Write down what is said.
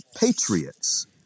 patriots